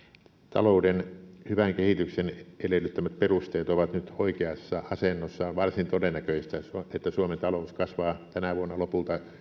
talouden hyvän kehityksen edellyttämät perusteet ovat nyt oikeassa asennossa on varsin todennäköistä että suomen talous kasvaa tänä vuonna lopulta